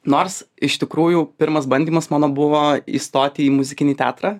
nors iš tikrųjų pirmas bandymas mano buvo įstoti į muzikinį teatrą